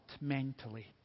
mentally